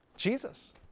Jesus